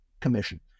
Commission